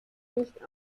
nicht